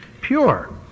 pure